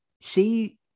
see